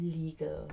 legal